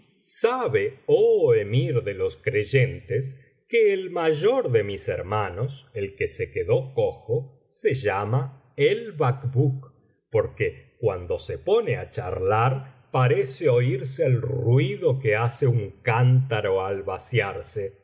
sabe oh emir de los creyentes que el mayor de mis hermanos el que se quedó cojo se llama el bacbuk porque cuando se pone á charlar parece oirse el ruido que hace un cántaro al vaciarse su